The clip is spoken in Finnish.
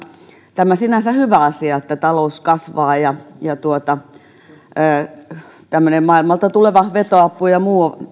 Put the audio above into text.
tämä sinänsä hyvä asia että talous kasvaa ja tämmöinen maailmalta tuleva vetoapu ja muu